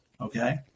okay